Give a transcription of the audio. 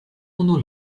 unu